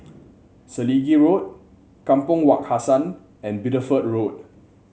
Selegie Road Kampong Wak Hassan and Bideford Road